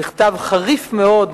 למכתב חריף מאוד,